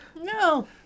No